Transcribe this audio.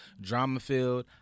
drama-filled